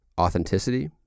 authenticity